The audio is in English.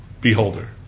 Beholder